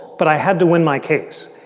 but i had to win my case.